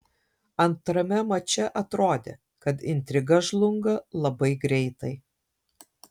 antrame mače atrodė kad intriga žlunga labai greitai